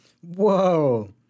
Whoa